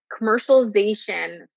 commercialization